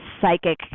psychic